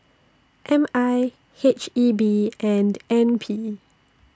M I H E B and N P